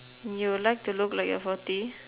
you would like to look like you are forty